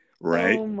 right